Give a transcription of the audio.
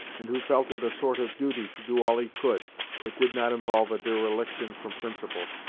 and who felt it a sort of duty to do all he could that did not involve a dereliction from principle,